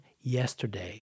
Yesterday